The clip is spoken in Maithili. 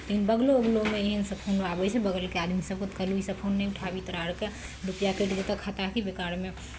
बगलो अगलमे एहन सब फोन आबय छै बगलके आदमी सबके तऽ कहलियै ईसब फोन नहि उठाबी तोरा अरके रूपैआ कटि जेतहु खाताके बेकारमे